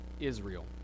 Israel